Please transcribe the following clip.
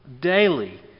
daily